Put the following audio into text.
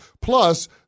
Plus